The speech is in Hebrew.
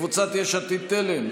קבוצת סיעת יש עתיד-תל"ם,